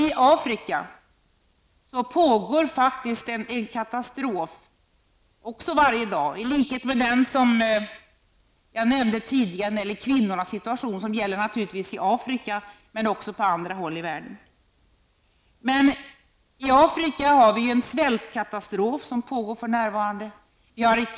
I Afrika pågår en katastrof varje dag, i likhet med den som jag nämnde tidigare, när det gäller kvinnornas situation -- i Afrika liksom på andra håll i världen. I Afrika pågår för närvarande en svältkatastrof.